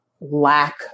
lack